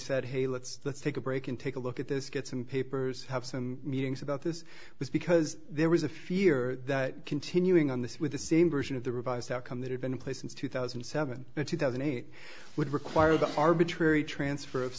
said hey let's let's take a break and take a look at this get some papers have some meetings about this was because there was a fear that continuing on this with the same version of the revised outcome that had been in place since two thousand and seven two thousand and eight would require the arbitrary transfer of